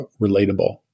relatable